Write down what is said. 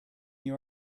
you